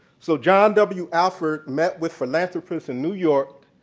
so john w. alford met with philanthropists in new york,